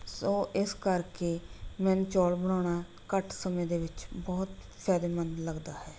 ਸੋ ਇਸ ਕਰਕੇ ਮੈਨੂੰ ਚੌਲ ਬਣਾਉਣਾ ਘੱਟ ਸਮੇਂ ਦੇ ਵਿੱਚ ਬਹੁਤ ਫਾਇਦੇਮੰਦ ਲੱਗਦਾ ਹੈ